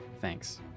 Thanks